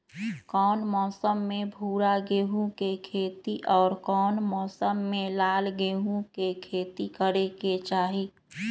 कौन मौसम में भूरा गेहूं के खेती और कौन मौसम मे लाल गेंहू के खेती करे के चाहि?